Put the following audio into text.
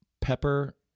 pepper